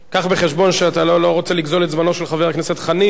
הבא בחשבון שאתה לא רוצה לגזול את זמנו של חבר הכנסת חנין,